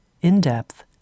in-depth